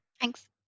Thanks